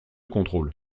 contrôles